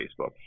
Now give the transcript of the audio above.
Facebook